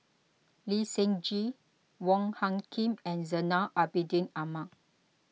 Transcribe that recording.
Lee Seng Gee Wong Hung Khim and Zainal Abidin Ahmad